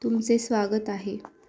तुमचे स्वागत आहे